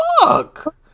fuck